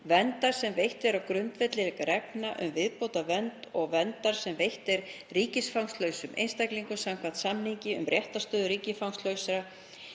verndar sem veitt er á grundvelli reglna um viðbótarvernd og verndar sem veitt er ríkisfangslausum einstaklingum samkvæmt samningi um réttarstöðu ríkisfangslausra